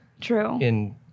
True